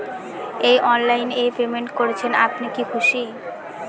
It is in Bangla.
এই অনলাইন এ পেমেন্ট করছেন আপনি কি খুশি?